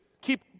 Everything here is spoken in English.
Keep